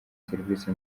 serivisi